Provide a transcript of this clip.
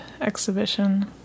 exhibition